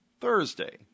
Thursday